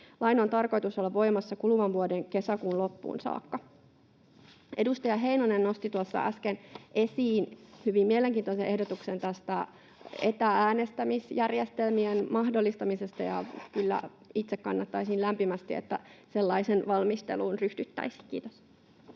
Lain on tarkoitus olla voimassa kuluvan vuoden kesäkuun loppuun saakka. Edustaja Heinonen nosti tuossa äsken esiin hyvin mielenkiintoisen ehdotuksen tästä etä-äänestämisjärjestelmien mahdollistamisesta. Kyllä itse kannattaisin lämpimästi, että sellaisen valmisteluun ryhdyttäisiin. — Kiitos.